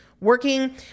working